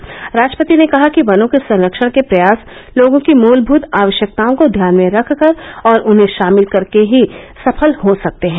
श्री राष्ट्रपति ने कहा कि वनों के संरक्षण के प्रयास लोगों की मूलभूत आवश्यकताओं को ध्यान में रखकर और उन्हें शामिल करके ही सफल हो सकते हैं